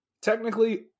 Technically